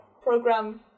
program